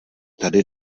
tady